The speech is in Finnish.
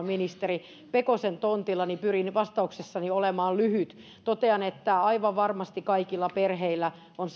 ministeri pekosen tontilla niin pyrin vastauksessani olemaan lyhyt totean että aivan varmasti kaikilla perheillä on